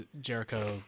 Jericho